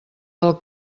del